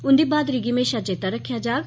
उंदी ब्हादरी गी महेषां चेता रक्खेआ जाग